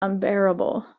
unbearable